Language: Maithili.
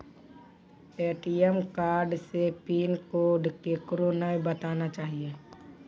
ए.टी.एम कार्ड रो पिन कोड केकरै नाय बताना चाहियो